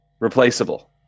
replaceable